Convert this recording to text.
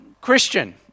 Christian